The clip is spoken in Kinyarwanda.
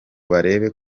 barebe